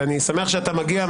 ואני שמח שאתה מגיע.